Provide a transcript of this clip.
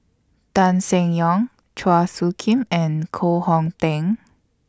Tan Seng Yong Chua Soo Khim and Koh Hong Teng